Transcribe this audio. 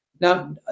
Now